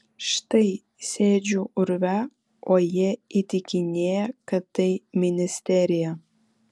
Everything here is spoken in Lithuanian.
štai sėdžiu urve o jie įtikinėja kad tai ministerija